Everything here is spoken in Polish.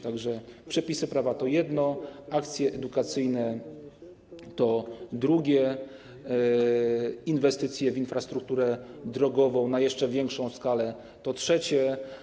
Tak że przepisy prawa to jedno, akcje edukacyjne to drugie, inwestycje w infrastrukturę drogową na jeszcze większą skalę to trzecie.